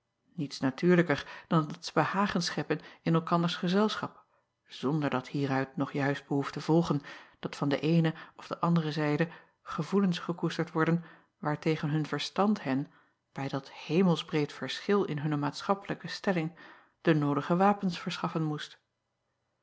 niets natuurlijker dan dat zij behagen scheppen in elkanders gezelschap zonder dat hieruit nog juist behoeft te volgen dat van de eene of de andere zijde gevoelens gekoesterd worden waartegen hun verstand hen bij dat hemelsbreed verschil in hunne maatschappelijke stelling de noodige wapens verschaffen moest